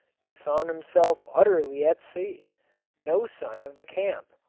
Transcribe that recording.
he found himself utterly at sea no sign of the camp,